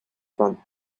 front